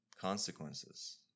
consequences